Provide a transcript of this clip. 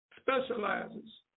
specializes